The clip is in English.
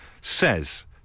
says